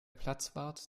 platzwart